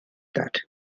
that